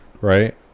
right